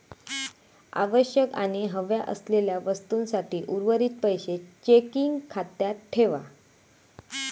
आवश्यक आणि हव्या असलेल्या वस्तूंसाठी उर्वरीत पैशे चेकिंग खात्यात ठेवा